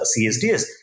CSDS